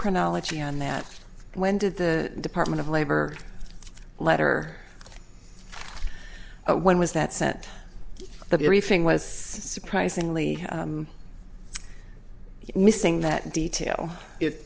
chronology on that when did the department of labor letter when was that sent that everything was surprisingly missing that detail i